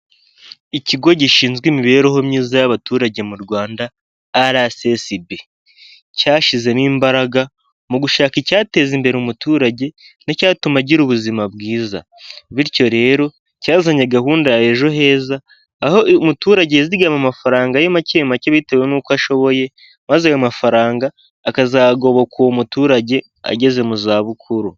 Ikigo gishinzwe imibereho myiza y'abaturage mu Rwanda, arasesibi. Cyashyizemo imbaraga mu gushaka icyateza imbere umuturage, n'icyatuma agira ubuzima bwiza. Bityo rero cyazanye gahunda ejo heza, aho umuturage yizigama amafaranga ye make make bitewe n'uko ashoboye, maze ayo mafaranga akazagoboka uwo muturage ageze mu zabukuru.